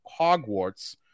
Hogwarts